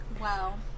Wow